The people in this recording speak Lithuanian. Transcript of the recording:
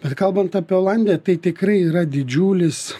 bet kalbant apie olandiją tai tikrai yra didžiulis